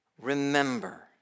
remember